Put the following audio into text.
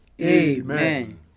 Amen